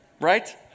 right